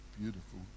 beautiful